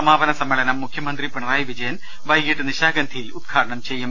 സമാപന സമ്മേളനം മുഖ്യമന്ത്രി പിണറായി വിജയൻ വൈകിട്ട് നിശാഗന്ധിയിൽ ഉദ്ഘാടനം ചെയ്യും